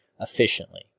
efficiently